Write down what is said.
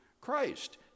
Christ